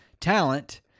talent